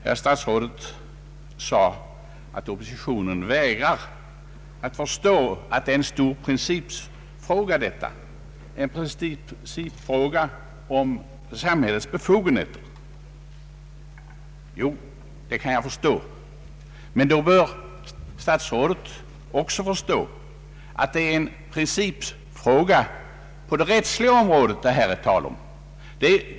Herr statsrådet sade att oppositionen inte vill förstå att detta är en stor principfråga om att hävda samhällets befogenheter. Jo, det kan jag förstå, men då bör statsrådet också förstå att det här är tal om en stor principfråga på det rättsliga området.